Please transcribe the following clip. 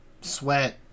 sweat